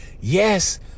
Yes